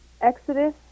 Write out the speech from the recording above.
Exodus